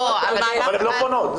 אבל הן לא פונות.